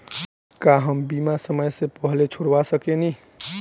का हम बीमा समय से पहले छोड़वा सकेनी?